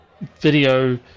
video